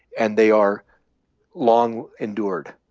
and they are long endured.